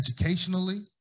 educationally